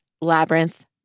Labyrinth